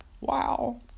Wow